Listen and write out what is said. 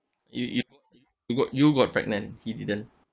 you you you got you got pregnant he didn't